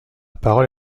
parole